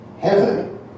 heaven